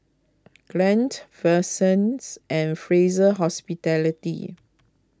Glade Versace and Fraser Hospitality